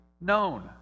known